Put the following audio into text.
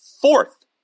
fourth